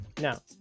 now